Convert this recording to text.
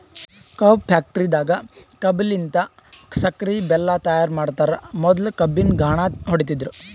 ಕಬ್ಬ್ ಫ್ಯಾಕ್ಟರಿದಾಗ್ ಕಬ್ಬಲಿನ್ತ್ ಸಕ್ಕರಿ ಬೆಲ್ಲಾ ತೈಯಾರ್ ಮಾಡ್ತರ್ ಮೊದ್ಲ ಕಬ್ಬಿನ್ ಘಾಣ ಹೊಡಿತಿದ್ರು